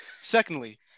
Secondly